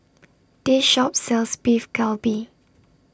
This Shop sells Beef Galbi